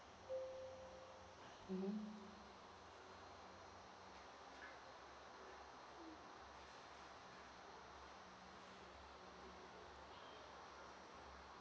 mmhmm